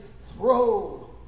throw